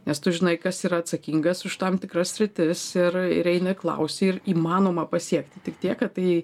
nes tu žinai kas yra atsakingas už tam tikras sritis ir ir eini klausi ir įmanoma pasiekti tik tiek kad tai